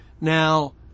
Now